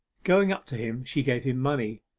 going up to him she gave him money,